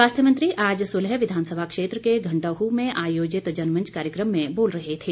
स्वास्थ्य मंत्री आज सुलह विधानसभा क्षेत्र के घडंहू में आयोजित जनमंच कार्यक्रम में बोल रहे थे